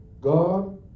God